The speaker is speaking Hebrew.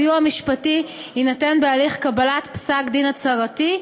הסיוע המשפטי יינתן בהליך קבלת פסק-דין הצהרתי,